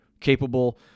capable